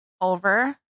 over